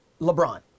LeBron